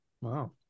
Wow